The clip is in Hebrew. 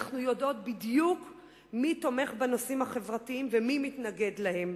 אנחנו יודעות בדיוק מי תומך בנושאים החברתיים ומי מתנגד להם.